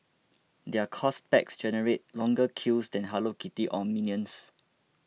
their course packs generate longer queues than Hello Kitty or Minions